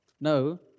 No